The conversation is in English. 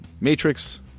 Matrix